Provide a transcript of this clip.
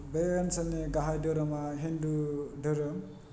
बे ओनसोलनि गाहाय धोरोमा हिन्दु धोरोम